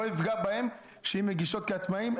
זה לא יפגע בהן שהן מגישות כעצמאיות.